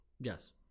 Yes